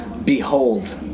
Behold